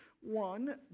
one